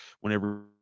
whenever